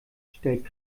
stellt